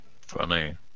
Funny